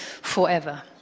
forever